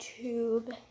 YouTube